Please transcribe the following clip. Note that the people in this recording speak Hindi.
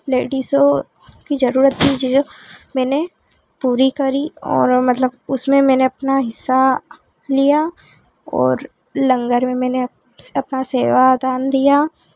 लेडिसों की ज़रूरत थी जो मैंने पूरी करी और मतलब उसमें मैंने अपना हिस्सा लिया और लंगर में मैंने अपना अपना सेवादान दिया